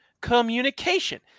Communication